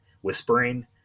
whispering